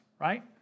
right